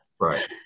right